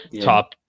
top